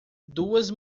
duas